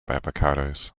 avocados